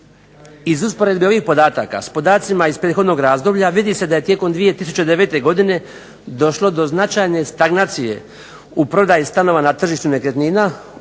Iz usporedbe ovih podataka s podacima iz prethodnog razdoblja vidi se da je tijekom 2009. godine došlo do značajne stagnacije u prodaji stanova na tržištu nekretnina,